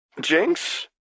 Jinx